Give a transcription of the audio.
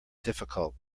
difficult